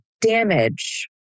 damage